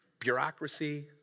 bureaucracy